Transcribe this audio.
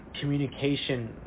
communication